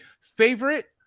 favorite